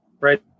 Right